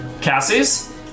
Cassie's